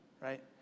Right